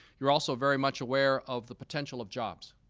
you're also very much aware of the potential of jobs